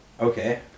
Okay